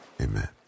amen